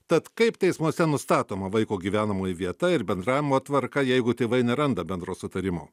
tad kaip teismuose nustatoma vaiko gyvenamoji vieta ir bendravimo tvarka jeigu tėvai neranda bendro sutarimo